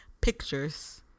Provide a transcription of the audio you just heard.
pictures